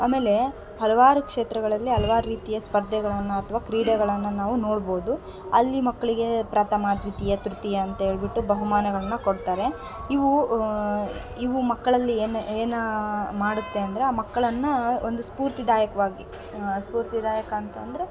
ಅಮೇಲೆ ಹಲವಾರು ಕ್ಷೇತ್ರಗಳಲ್ಲಿ ಹಲ್ವಾರು ರೀತಿಯ ಸ್ಪರ್ಧೆಗಳನ್ನ ಅಥ್ವಾ ಕ್ರೀಡೆಗಳನ್ನು ನಾವು ನೋಡ್ಬೋದು ಅಲ್ಲಿ ಮಕ್ಕಳಿಗೆ ಪ್ರಥಮ ದ್ವಿತೀಯ ತೃತೀಯ ಅಂತ್ಹೇಳ್ಬಿಟ್ಟು ಬಹುಮಾನಗಳನ್ನು ಕೊಡ್ತಾರೆ ಇವು ಇವು ಮಕ್ಕಳಲ್ಲಿ ಏನು ಏನಾ ಮಾಡುತ್ತೆ ಅಂದರೆ ಆ ಮಕ್ಳನ್ನು ಒಂದು ಸ್ಫೂರ್ತಿದಾಯಕ್ವಾಗಿ ಸ್ಫೂರ್ತಿದಾಯಕ ಅಂತಂದರೆ